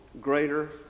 greater